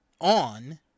on